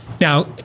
Now